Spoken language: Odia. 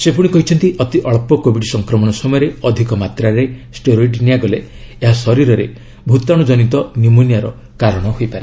ସେ ପୁଣି କହିଛନ୍ତି ଅତି ଅଞ୍ଚ କୋବିଡ୍ ସଂକ୍ରମଣ ସମୟରେ ଅଧିକ ମାତ୍ରାରେ ଷ୍ଟେରୋଇଡ୍ ନେଲେ ଏହା ଶରୀରରେ ଭୂତାଣୁ କନିତ ନିମୋନିଆର କାରଣ ହୋଇପାରେ